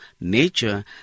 nature